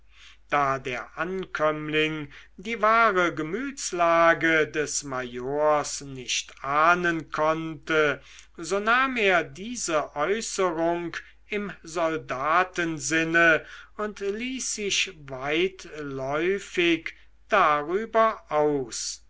da der ankömmling die wahre gemütslage des majors nicht ahnen konnte so nahm er diese äußerung im soldatensinne und ließ sich weitläufig darüber aus